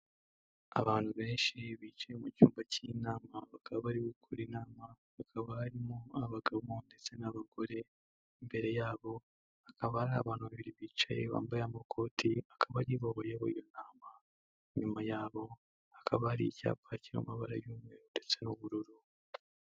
Abantu benshi bicaye mu cyumba cy'inama, bakaba bari gukora inama, hakaba harimo abagabo ndetse n'abagore, imbere yabo hakaba hari abantu babiri bicaye bambaye amakoti, akaba ari bo bayoboye iyo nama, inyuma yabo hakaba hari icyapa kiri mu mabara y'umweru ndetse n'ubururu.